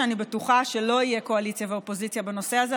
אני בטוחה שלא יהיו קואליציה ואופוזיציה בנושא הזה,